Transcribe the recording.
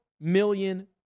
million